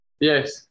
Yes